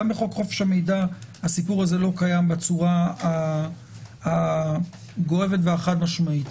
גם בחוק חופש המידע הסיפור הזה לא קיים בצורה גורפת וחד משמעית.